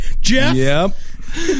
Jeff